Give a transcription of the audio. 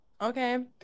okay